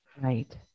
Right